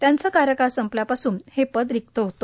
त्यांचा कार्यकाळ संपल्यापासून हे पद रिक्त होते